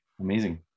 amazing